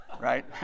right